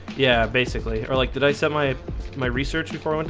yeah, basically or like today semi my research before and